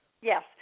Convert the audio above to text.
Yes